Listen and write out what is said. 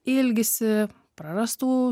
ilgisi prarastų